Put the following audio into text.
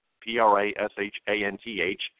P-R-A-S-H-A-N-T-H